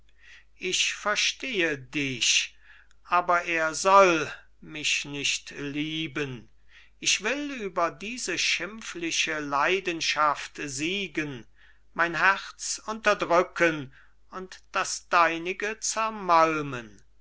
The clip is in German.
ich verstehe dich aber er soll mich nicht lieben ich will über diese schimpfliche leidenschaft siegen mein herz unterdrücken und das deinige